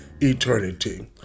eternity